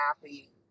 happy